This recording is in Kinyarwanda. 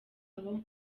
aba